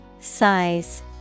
Size